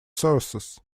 sources